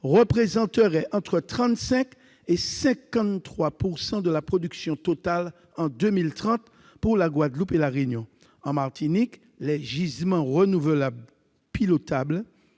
représenterait entre 35 % et 53 % de la production totale en 2030 pour la Guadeloupe et La Réunion. En Martinique, les gisements renouvelables pilotables